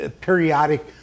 periodic